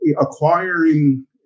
acquiring